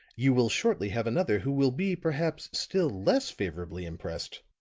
you will shortly have another who will be, perhaps, still less favorably impressed.